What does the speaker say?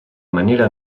manera